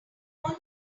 phone